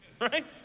right